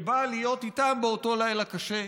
שבא להיות איתם באותו לילה קשה.